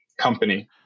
company